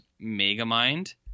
Megamind